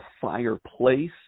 fireplace